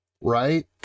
Right